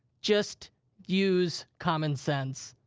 just use common sense.